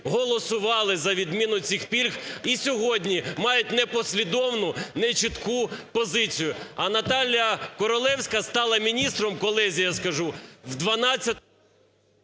голосували за відміну цих пільг і сьогодні мають непослідовну, нечітку позицію. А Наталя Королевська стала міністром – колезі я скажу – в